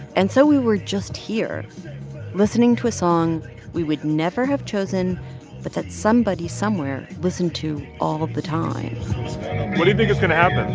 and so we were just here listening to a song we would never have chosen but that somebody somewhere listen to all of the time what do you think is going to happen?